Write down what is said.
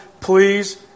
please